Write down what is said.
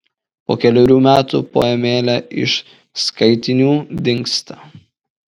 po kelerių metų poemėlė iš skaitinių dingsta